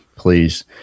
Please